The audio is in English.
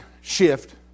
shift